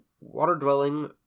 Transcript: water-dwelling